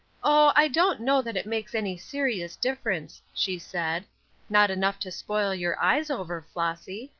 oh, i don't know that it makes any serious difference, she said not enough to spoil your eyes over, flossy.